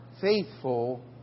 faithful